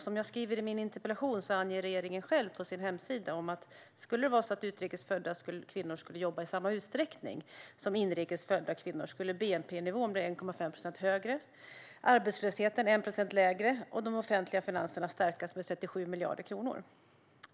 Som jag skriver i min interpellation anger regeringen själv på sin hemsida att om utrikes födda kvinnor skulle jobba i samma utsträckning som inrikes födda kvinnor skulle bnp-nivån bli 1,5 procent högre, arbetslösheten 1 procent lägre och de offentliga finanserna stärkas med 37 miljarder kronor.